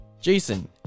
Jason